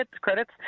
credits